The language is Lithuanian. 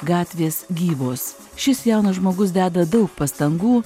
gatvės gyvos šis jaunas žmogus deda daug pastangų